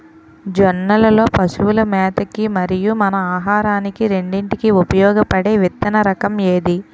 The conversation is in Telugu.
జొన్నలు లో పశువుల మేత కి మరియు మన ఆహారానికి రెండింటికి ఉపయోగపడే విత్తన రకం ఏది?